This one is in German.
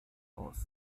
aus